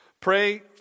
Pray